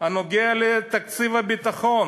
הנוגע לתקציב הביטחון,